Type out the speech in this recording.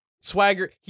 swagger